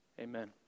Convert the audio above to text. Amen